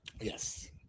Yes